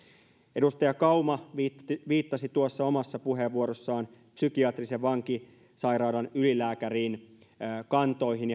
edustaja kauma viittasi viittasi tuossa omassa puheenvuorossaan psykiatrisen vankisairaalan ylilääkärin kantoihin